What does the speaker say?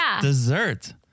dessert